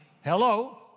hello